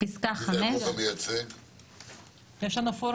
מי זה הגוף המייצג?